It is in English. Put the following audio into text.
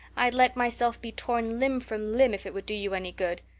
i'd let myself be torn limb from limb if it would do you any good.